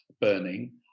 Burning